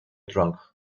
drunk